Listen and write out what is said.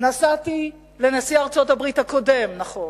לנשיא ארצות-הברית, הקודם, נכון,